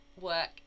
work